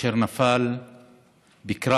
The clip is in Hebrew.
אשר נפל בקרב